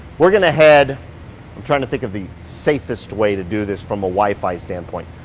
we're gonna head, i'm trying to think of the safest way to do this from a wifi standpoint.